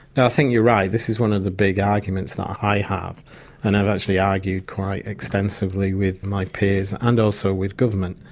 you're right. this is one of the big arguments that i have and i've actually argued quite extensively with my peers and also with government,